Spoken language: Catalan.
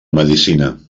medicina